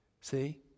See